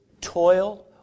toil